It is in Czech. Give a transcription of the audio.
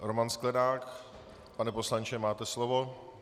Roman Sklenák pane poslanče, máte slovo.